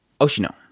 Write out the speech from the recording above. Oshino